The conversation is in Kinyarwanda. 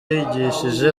yigishije